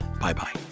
Bye-bye